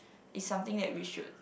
is something that we should